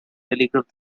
telegraph